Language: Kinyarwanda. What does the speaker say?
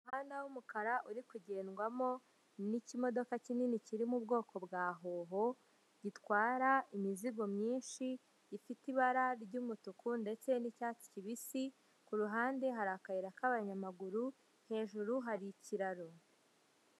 Uhanda w'umukara uri kugendwamo nikimodoka kinini kiririmo ubwoko bwa hoho, gitwara imizigo myinshi ifite ibara ry'umutuku ndetse n'icyatsi kibisi, ku ruhande hari akayira k'abanyamaguru hejuru hari ikiraro.